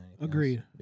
Agreed